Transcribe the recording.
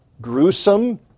gruesome